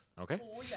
Okay